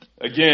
again